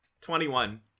Twenty-one